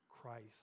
Christ